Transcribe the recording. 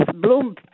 bloom